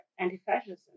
anti-fascism